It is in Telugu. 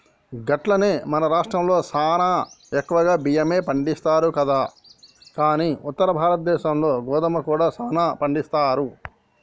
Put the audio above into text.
గట్లనే మన రాష్ట్రంలో సానా ఎక్కువగా బియ్యమే పండిస్తారు కదా కానీ ఉత్తర భారతదేశంలో గోధుమ కూడా సానా పండిస్తారు